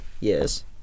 Yes